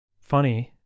funny